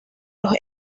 los